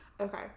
Okay